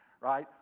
right